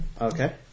okay